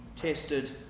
tested